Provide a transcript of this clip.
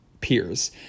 peers